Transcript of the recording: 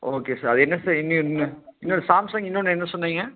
okay sir அது என்ன sir இன்னொரு சாம்சங் இன்னொன்று என்ன சொன்னீங்க